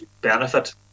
benefit